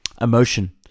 Emotion